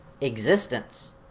existence